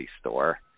store